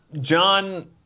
John